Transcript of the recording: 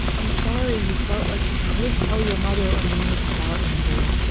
i'm sorry you felt like you couldn't tell your mother or me about andrea.